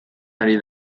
ari